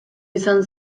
izan